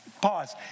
Pause